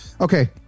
okay